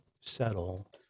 settle